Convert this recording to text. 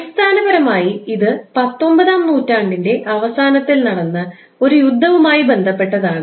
അടിസ്ഥാനപരമായി ഇത് പത്തൊൻപതാം നൂറ്റാണ്ടിന്റെ അവസാനത്തിൽ നടന്ന ഒരു യുദ്ധവുമായി ബന്ധപ്പെട്ടതാണ്